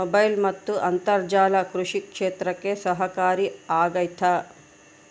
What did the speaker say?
Mobile ಮತ್ತು ಅಂತರ್ಜಾಲ ಕೃಷಿ ಕ್ಷೇತ್ರಕ್ಕೆ ಸಹಕಾರಿ ಆಗ್ತೈತಾ?